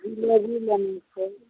जिलेबी लेनाय छै